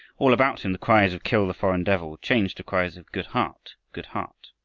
all about him the cries of kill the foreign devil changed to cries of good heart! good heart!